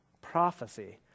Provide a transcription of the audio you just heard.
prophecy